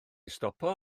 stopio